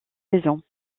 saison